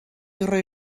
roi